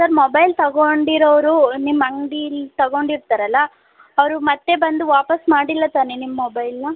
sir mobile ತಗೊಂಡಿರೋರು ನಿಮ್ಮ ಅಂಗಡೀಲಿ ತಗೊಂಡಿರ್ತಾರಲ್ಲ ಅವರು ಮತ್ತು ಬಂದು ವಾಪಾಸು ಮಾಡಿಲ್ಲ ತಾನೇ ನಿಮ್ಮ ಮೊಬೈಲನ್ನು